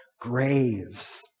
graves